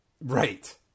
right